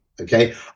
okay